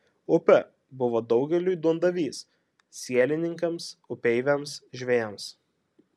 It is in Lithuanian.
upė buvo daugeliui duondavys sielininkams upeiviams žvejams